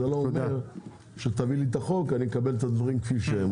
זה לא אומר שכשתביא לי את החוק אני אקבל את הדברים כפי שהם.